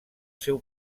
seu